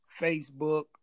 facebook